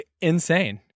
insane